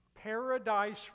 Paradise